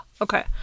okay